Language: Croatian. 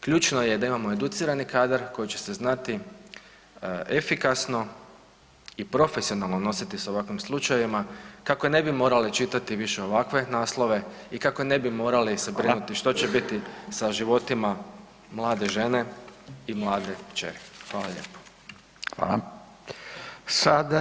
Ključno je da imamo educirani kadar koji će se znati efikasno i profesionalno nositi s ovakvim slučajevima kako ne bi morali čitati više ovakve naslove i kako ne bi morali se brinuti što će biti sa životima mlade žene i mlade kćeri.